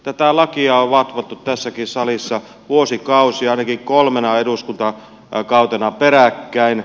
tätä lakia on vatvottu tässäkin salissa vuosikausia ainakin kolmena eduskuntakautena peräkkäin